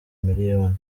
miliyoni